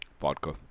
Vodka